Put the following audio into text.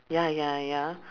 ya ya ya